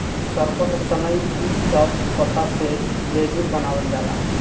सरपत, सनई इ सब पत्ता से लेजुर बनावाल जाला